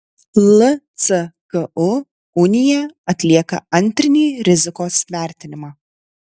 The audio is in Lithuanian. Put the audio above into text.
lcku unija atlieka antrinį rizikos vertinimą